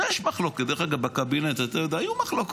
ויש מחלוקת, דרך אגב, בקבינט היו מחלוקות,